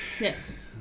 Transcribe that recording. Yes